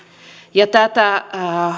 ja tätä